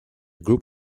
group